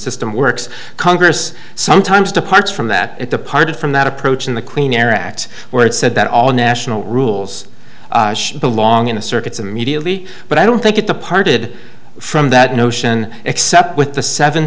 system works congress sometimes departs from that it departed from that approach in the clean air act where it said that all national rules belong in a circuits immediately but i don't think it departed from that notion except with the seven